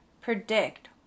Predict